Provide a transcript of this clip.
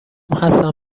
هستن